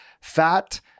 fat